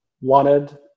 wanted